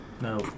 No